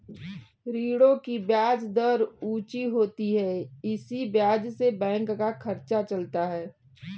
ऋणों की ब्याज दर ऊंची होती है इसी ब्याज से बैंक का खर्चा चलता है